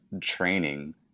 training